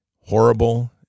horrible